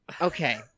okay